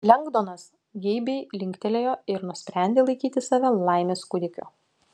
lengdonas geibiai linktelėjo ir nusprendė laikyti save laimės kūdikiu